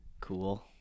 cool